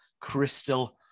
Crystal